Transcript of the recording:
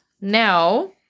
Now